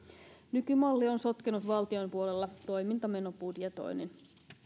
nykymalli on sotkenut valtion puolella toimintamenobudjetoinnin